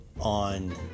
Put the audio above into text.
on